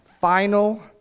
final